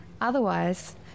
Otherwise